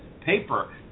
paper